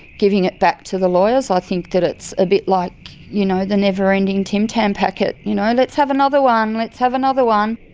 giving it back to the lawyers. i think that it's a bit like, you know, the never ending tim tam packet. you know, let's have another one, let's have another one.